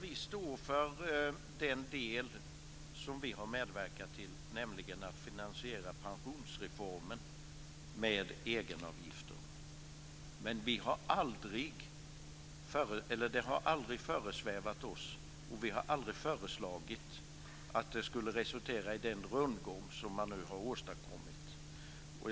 Vi står för den del som vi har medverkat till, nämligen att finansiera pensionsreformen med egenavgifter. Men det har aldrig föresvävat oss, och vi har aldrig föreslagit, att det skulle resultera i den rundgång som man nu har åstadkommit.